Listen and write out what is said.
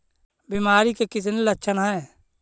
बीमारी के कितने लक्षण हैं?